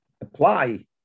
apply